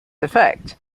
effect